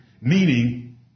Meaning